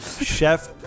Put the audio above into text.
Chef